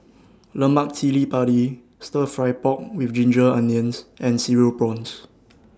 Lemak Cili Padi Stir Fry Pork with Ginger Onions and Cereal Prawns